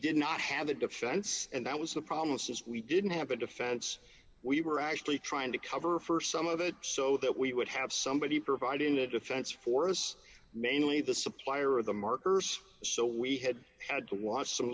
did not have a defense and that was the promises we didn't have a defense we were actually trying to cover for some of it so that we would have somebody providing a defense for us mainly the supplier of the markers so we had had to watch some